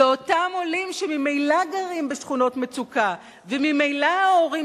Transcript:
ואותם עולים שממילא גרים בשכונות מצוקה וממילא ההורים